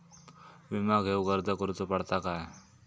विमा घेउक अर्ज करुचो पडता काय?